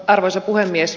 arvoisa puhemies